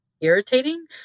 irritating